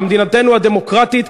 במדינתנו הדמוקרטית,